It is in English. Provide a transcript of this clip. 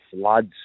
floods